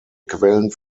quellen